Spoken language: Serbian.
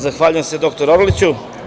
Zahvaljujem se dr. Orliću.